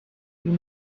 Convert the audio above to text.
you